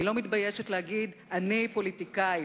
אני לא מתביישת להגיד "אני פוליטיקאית".